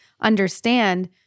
understand